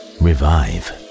revive